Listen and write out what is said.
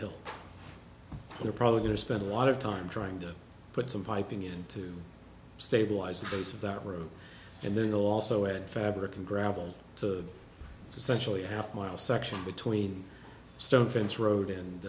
ll they're probably going to spend a lot of time trying to put some piping in to stabilize the base of that room and then also add fabric and gravel to essentially a half mile section between stone fence road and